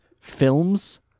films